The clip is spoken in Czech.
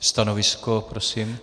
Stanovisko prosím?